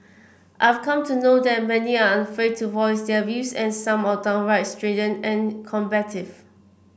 I've come to know that many are unafraid to voice their views and some are downright strident and combative